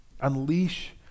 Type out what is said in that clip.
unleash